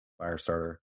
Firestarter